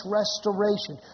restoration